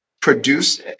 produce